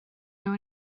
nhw